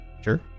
Sure